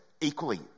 equally